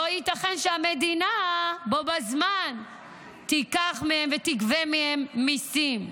לא ייתכן שהמדינה בו בזמן תיקח מהם ותגבה מהם מיסים.